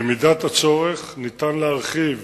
במידת הצורך ניתן להרחיב